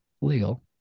legal